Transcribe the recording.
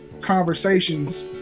conversations